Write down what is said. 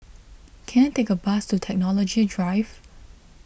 can I take a bus to Technology Drive